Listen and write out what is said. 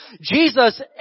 Jesus